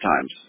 times